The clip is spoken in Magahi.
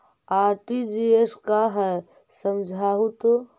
आर.टी.जी.एस का है समझाहू तो?